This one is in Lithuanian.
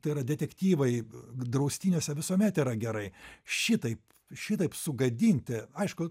tai yra detektyvai draustiniuose visuomet yra gerai šitaip šitaip sugadinti aišku